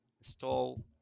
install